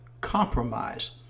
compromise